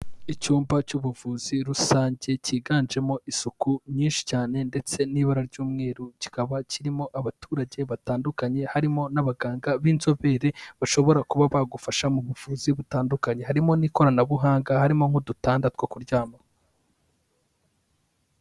Icyumba cy'ubuvuzi rusange cyiganjemo isuku nyinshi cyane ndetse n'ibara ry'umweru, kikaba kirimo abaturage batandukanye harimo n'abaganga b'inzobere bashobora kuba bagufasha mu buvuzi butandukanye, harimo n'ikoranabuhanga, harimo nk'udutanda two kuryamaho.